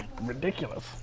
Ridiculous